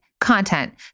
content